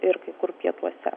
ir kai kur pietuose